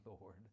Lord